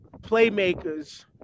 Playmakers